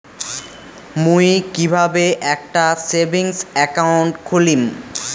মুই কিভাবে একটা সেভিংস অ্যাকাউন্ট খুলিম?